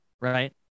right